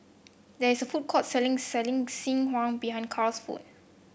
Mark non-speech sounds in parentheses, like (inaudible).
there is a food court selling selling (unintelligible) behind Cal's home